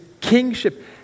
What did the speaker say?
kingship